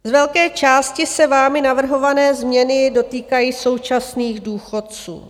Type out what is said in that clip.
Z velké části se vámi navrhované změny dotýkají současných důchodců.